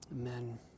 Amen